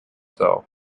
self